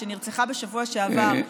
שנרצחה בשבוע שעבר,